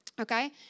Okay